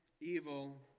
evil